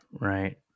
right